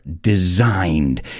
designed